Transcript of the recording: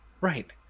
Right